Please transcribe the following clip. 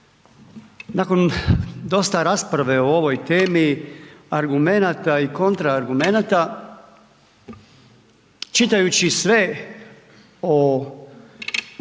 nakon dosta rasprave o ovom temi, argumenata i kontraargumenata, čitajući sve o ovoj